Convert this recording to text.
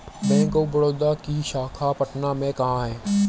Bank of Baroda की शाखा पटना में कहाँ है?